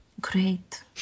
Great